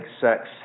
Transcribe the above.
sex